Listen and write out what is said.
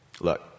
Look